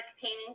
painting